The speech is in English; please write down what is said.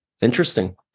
interesting